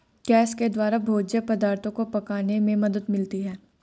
gas के द्वारा भोज्य पदार्थो को पकाने में मदद मिलती है